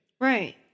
Right